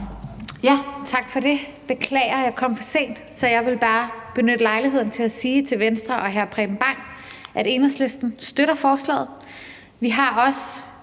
Tak for det. Jeg beklager, at jeg kom for sent. Så jeg vil bare benytte lejligheden til at sige til Venstre og hr. Preben Bang Henriksen, at Enhedslisten støtter forslaget. Vi har også